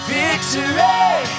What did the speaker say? Victory